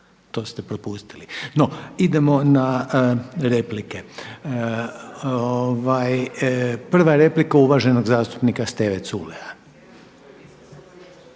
to ste propustili. No idemo na replike. Prva je replika uvaženog zastupnika Steve Culeja.